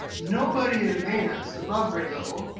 nobody at advanced, above grade level.